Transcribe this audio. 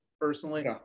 personally